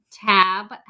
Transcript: tab